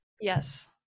Yes